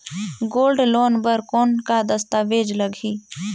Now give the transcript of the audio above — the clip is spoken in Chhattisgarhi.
गोल्ड लोन बर कौन का दस्तावेज लगही?